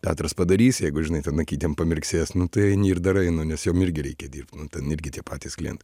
petras padarys jeigu žinai ten akytėm pamirksės nu tai eini ir darai nu nes jam irgi reikia dirbt nu ten irgi tie patys klientai